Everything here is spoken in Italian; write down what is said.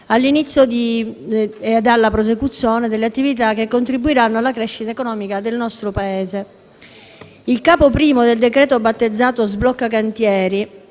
dell'inizio e della prosecuzione delle attività che contribuiranno alla crescita economica nel nostro Paese. Il capo I del decreto battezzato «sblocca cantieri»